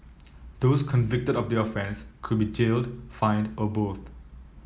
those convicted of the offence could be jailed fined or both